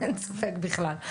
אין ספק בכלל.